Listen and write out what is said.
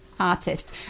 artist